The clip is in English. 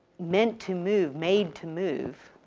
meant to move, made to move.